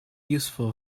useful